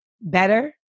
better